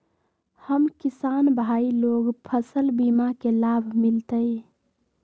हम किसान भाई लोग फसल बीमा के लाभ मिलतई?